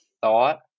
thought